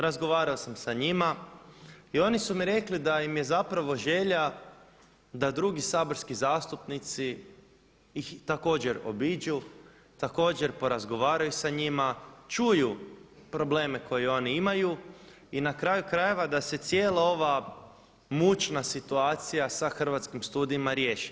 Razgovarao sam sa njima i oni su mi rekli da im je zapravo želja da drugi saborski zastupnici ih također obiđu, također porazgovaraju sa njima, čuju probleme koje oni imaju i na kraju krajeva da se cijela ova mučna situacija sa Hrvatskim studijima riješi.